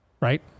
right